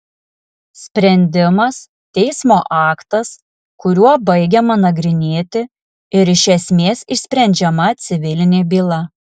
sprendimas teismo aktas kuriuo baigiama nagrinėti ir iš esmės išsprendžiama civilinė byla